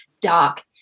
dark